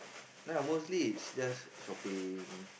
ya mostly it's just shopping